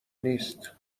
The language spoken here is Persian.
نیست